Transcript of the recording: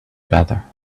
better